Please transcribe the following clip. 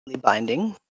binding